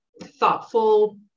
thoughtful